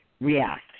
react